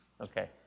Okay